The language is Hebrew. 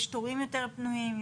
יש תורים יותר פנויים,